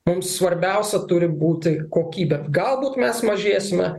mums svarbiausia turi būti kokybė galbūt mes mažėsime